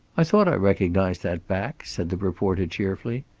i thought i recognized that back, said the reporter, cheerfully.